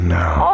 now